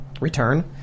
return